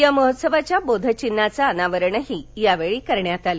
या महोत्सवाच्या बोधचिन्हाचं अनावरणही यावेळी करण्यात आलं